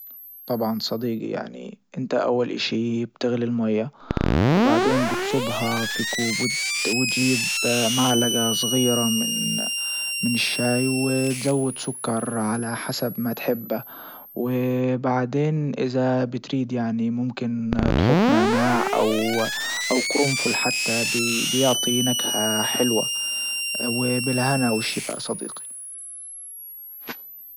طبعا صديجي يعني انت اول اشي بتغلي المية وبعدين بتصبها في كوب وتجيب معلجة صغيرة من من الشاي وتزود سكر على حسب ما تحبه وبعدين اذا بتريد يعني ممكن تحط نعناع او قرنفل حتى بيعطي نكهة حلوة وبالهنا والشفاء صديقي.